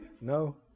No